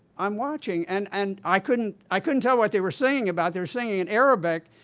i'm watching and and i couldn't i couldn't tell what they were singing about, they were singing in arabic,